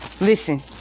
Listen